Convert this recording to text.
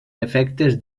efectes